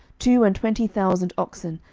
two and twenty thousand oxen,